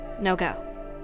no-go